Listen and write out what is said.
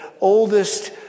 oldest